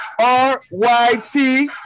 RYT